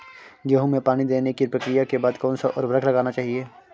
गेहूँ में पानी देने की प्रक्रिया के बाद कौन सा उर्वरक लगाना चाहिए?